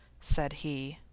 said he.